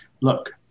Look